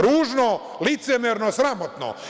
Ružno, licemerno, sramotno.